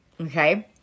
okay